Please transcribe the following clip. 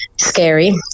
scary